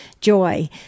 Joy